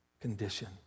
condition